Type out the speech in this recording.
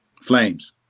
Flames